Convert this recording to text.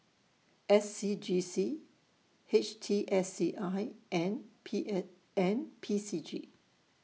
S C G C H T S C I and P A and P C G